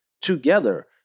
together